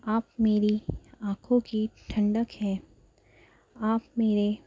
آپ میری آنکھوں کی ٹھنڈک ہیں آپ میرے